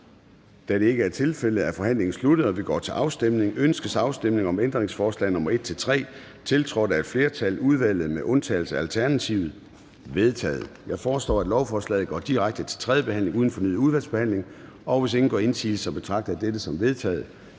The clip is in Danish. Da det ikke er tilfældet, er forhandlingen sluttet, og vi går til afstemning. Kl. 13:12 Afstemning Formanden (Søren Gade): Ønskes afstemning om ændringsforslag nr. 1-3, tiltrådt af et flertal (udvalget med undtagelse af ALT). De er vedtaget. Jeg foreslår, at lovforslaget går direkte til tredje behandling uden fornyet udvalgsbehandling. Hvis ingen gør indsigelse, betragter jeg dette som vedtaget.